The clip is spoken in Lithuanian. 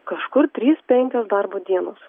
kažkur trys penkios darbo dienos